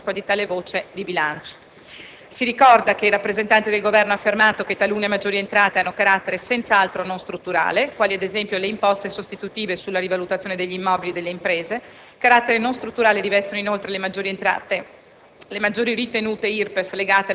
con la legge di bilancio, data la natura promiscua di tale voce di bilancio. Si ricorda che il rappresentante del Governo ha affermato che talune maggiori entrate hanno carattere senz'altro non strutturale, quali ad es. le imposte sostitutive sulla rivalutazione degli immobili delle imprese. Carattere non strutturale rivestono inoltre le maggiori ritenute